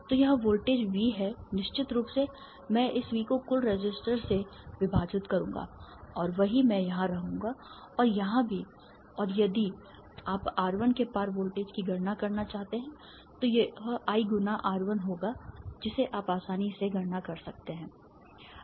तो यह voltage V है निश्चित रूप से मैं इस V को कुल रेसिस्टर से विभाजित करूंगा और वही मैं यहां रहूंगा और यहां भी और यदि आप R1 के पार वोल्टेज की गणना करना चाहते हैं तो यह I गुना R 1 होगा जिसे आप आसानी से गणना कर सकते हैं